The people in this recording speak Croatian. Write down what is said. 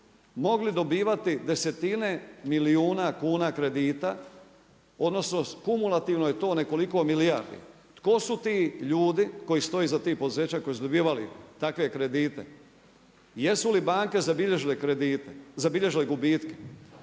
mogli dobivati desetine milijuna kuna kredita, odnosno kumulativno je to nekoliko milijardi. Tko su ti ljudi koji stoje iza tih poduzeća koji su dobivali takve kredite? Jesu li banke zabilježile gubitke?